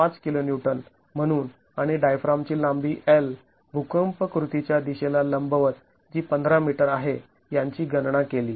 ५ kN म्हणून आणि डायफ्रामची लांबी L भूकंप कृतीच्या दिशेला लंबवत जी १५ मीटर आहे यांची गणना केली